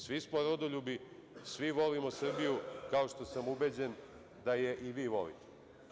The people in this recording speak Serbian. Svi smo rodoljubi, svi volimo Srbiju, kao što sam ubeđen da je i vi volite.